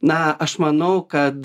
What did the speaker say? na aš manau kad